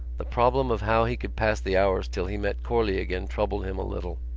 the problem of how he could pass the hours till he met corley again troubled him a little.